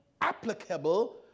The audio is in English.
applicable